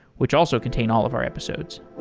which also contain all of our episodes.